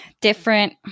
different